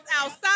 outside